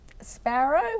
sparrow